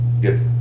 Good